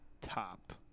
Top